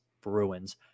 Bruins